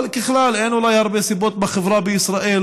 אבל ככלל אין אולי הרבה סיבות בחברה בישראל